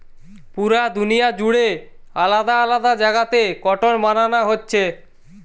পুরা দুনিয়া জুড়ে আলাদা আলাদা জাগাতে কটন বানানা হচ্ছে